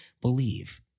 believe